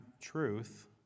truth